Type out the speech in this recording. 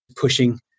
pushing